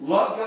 Love